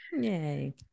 Yay